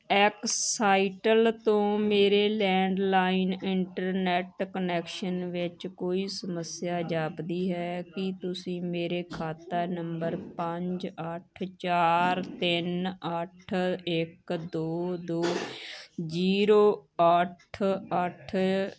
ਐਕਸਾਈਟਲ ਤੋਂ ਮੇਰੇ landline internet connection ਵਿੱਚ ਕੋਈ ਸਮੱਸਿਆ ਜਾਪਦੀ ਹੈ ਕੀ ਤੁਸੀਂ ਮੇਰੇ ਖਾਤਾ ਨੰਬਰ ਪੰਜ ਅੱਠ ਚਾਰ ਤਿੰਨ ਅੱਠ ਇੱਕ ਦੋ ਦੋ ਜੀਰੋ ਅੱਠ ਅੱਠ